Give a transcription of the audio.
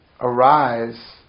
arise